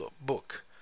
book